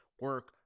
Work